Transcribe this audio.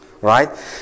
Right